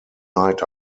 night